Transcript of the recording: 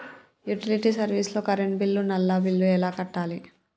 Utility service లో current bill, నల్లా bill ఎలా కట్టాలి?